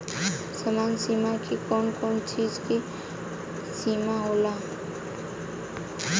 सामान्य बीमा में कवन कवन चीज के बीमा होला?